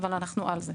אבל אנחנו על זה.